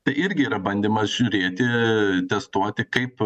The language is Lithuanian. tai irgi yra bandymas žiūrėti testuoti kaip